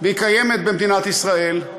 והיא קיימת במדינת ישראל,